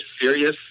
serious